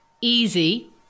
easy